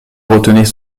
retenait